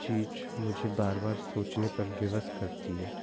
चीज़ मुझे बार बार सोचने पर विवश करती है